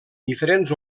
diferents